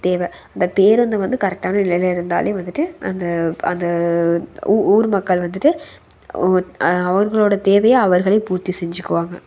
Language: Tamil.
தேவை அந்த பேருந்து வந்து கரெக்டான நிலை இருந்தாலே வந்துட்டு அந்த அந்த ஊ ஊர் மக்கள் வந்துட்டு அவர்களோடய தேவையை அவர்களே பூர்த்தி செஞ்சுக்குவாங்க